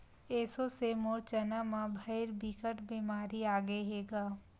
एसो से मोर चना म भइर बिकट बेमारी आगे हे गा